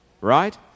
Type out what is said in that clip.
right